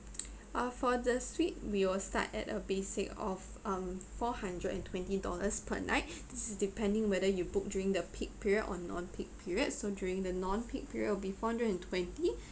ah for the suite we will start at a basic of um four hundred and twenty dollars per night this is depending whether you book during the peak period or non peak period so during the non peak period it'll be four hundred and twenty